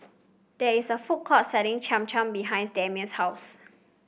there is a food court selling Cham Cham behind Damon's house